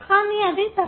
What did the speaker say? కానీ అది తప్పు